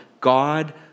God